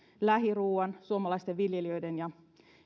lähiruuan suomalaisten viljelijöiden ja